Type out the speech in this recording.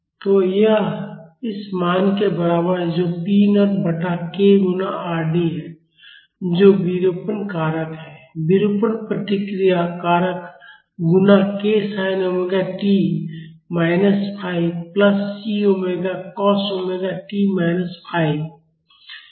तो यह इस मान के बराबर है जो p0 बटा k गुणा Rd है जो विरूपण कारक है विरूपण प्रतिक्रिया कारक गुणा k sin omega t minus phi plus c omega cos omega t minus phi